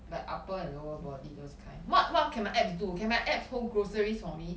like upper and lower body those kind what what can my abs do can my abs hold groceries for me